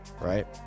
right